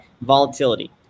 volatility